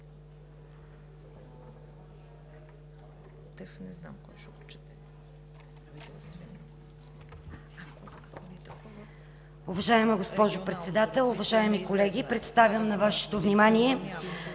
Уважаема госпожо Председател, уважаеми колеги! Представям на Вашето внимание